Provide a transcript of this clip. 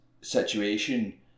situation